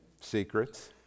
secrets